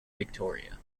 victoria